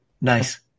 Nice